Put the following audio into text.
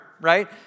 right